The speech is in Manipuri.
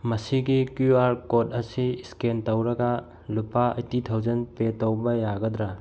ꯃꯁꯤꯒꯤ ꯀ꯭ꯌꯨ ꯑꯥꯔ ꯀꯣꯠ ꯑꯁꯤ ꯁ꯭ꯀꯦꯟ ꯇꯧꯔꯒ ꯂꯨꯄꯥ ꯑꯩꯠꯇꯤ ꯊꯥꯎꯖꯟ ꯄꯦ ꯇꯧꯕ ꯌꯥꯒꯗ꯭ꯔꯥ